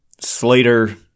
Slater